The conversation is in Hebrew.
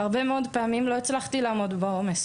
הרבה מאוד פעמים לא הצלחתי לעמוד בעומס